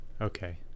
Okay